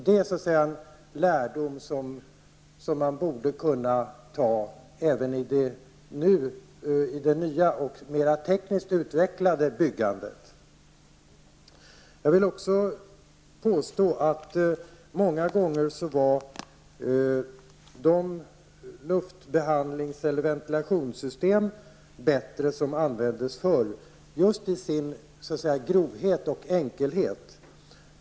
Det är en lärdom som man borde kunna ta till vara även i det nya och mer tekniskt utvecklade byggandet. Många gånga var de ventilationssystem som användes förr bättre just i sin grovhet och enkelhet.